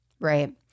Right